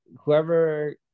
whoever